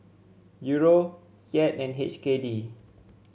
Euro Kyat and H K D